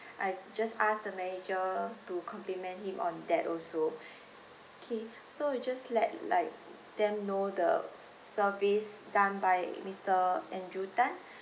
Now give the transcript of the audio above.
and just ask the manager to compliment him on that also okay so you just let like them know the service done by mister andrew Tan